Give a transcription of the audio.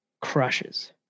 crushes